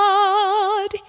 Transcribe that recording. God